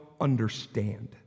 understand